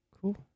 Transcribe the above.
Cool